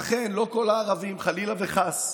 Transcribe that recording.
אכן, לא כל הערבים, חלילה וחס.